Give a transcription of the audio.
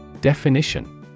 Definition